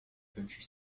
country